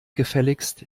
gefälligst